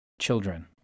children